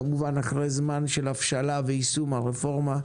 כמובן אחרי זמן של הבשלה ויישום הרפורמה,